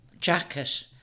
jacket